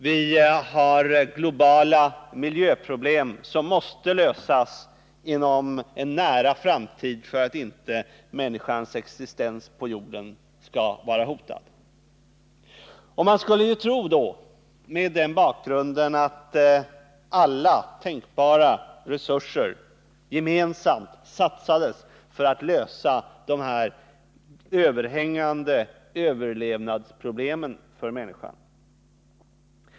Vi har globala miljöproblem, som måste lösas inom en nära framtid för att inte människans existens på jorden skall vara hotad. Mot denna bakgrund skulle man tro att alla tänkbara resurser gemensamt satsades för att lösa detta överhängande överlevnadsproblem för människan.